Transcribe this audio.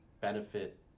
benefit